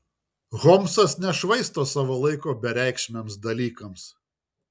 holmsas nešvaisto savo laiko bereikšmiams dalykams